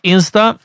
Insta